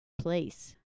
place